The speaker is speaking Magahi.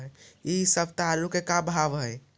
इ सप्ताह आलू के का भाव है?